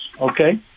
okay